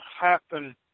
happen